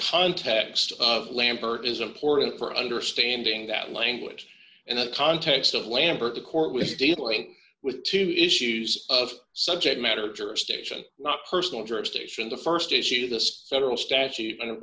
context of lambert is important for understanding that language and the context of lambert the court was dealing with team issues of subject matter jurisdiction not personal jurisdiction the st issue the several statute